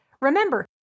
Remember